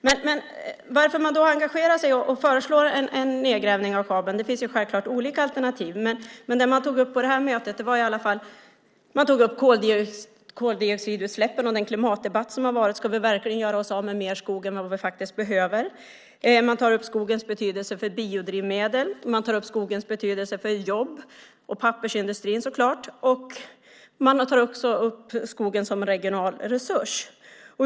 Det finns självklart olika skäl till att man engagerar sig och föreslår en nedgrävning av kabeln, men det man tog upp på det möte jag deltog i var i alla fall koldioxidutsläppen och den klimatdebatt som har varit. Ska vi verkligen göra oss av med mer skog än vi faktiskt behöver? Man tog upp skogens betydelse för biodrivmedel. Man tog upp skogens betydelse för jobb och pappersindustrin så klart. Man tog också upp skogen som regional resurs.